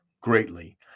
greatly